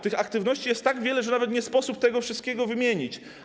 Tych aktywności jest tak wiele, że nawet nie sposób tego wszystkiego wymienić.